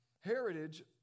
heritage